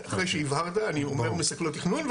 אחרי שהבהרת אני אומר מסכלות תכנון,